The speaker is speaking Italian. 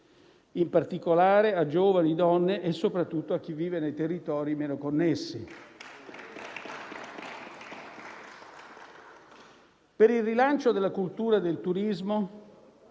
in particolare a giovani e donne e, soprattutto, a chi vive nei territori meno connessi. Per il rilancio della cultura e del turismo,